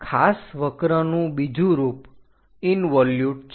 ખાસ વક્રનું બીજું રૂપ ઈન્વોલ્યુટ છે